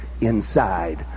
inside